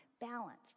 balance